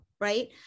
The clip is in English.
right